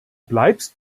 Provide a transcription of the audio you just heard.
bleibst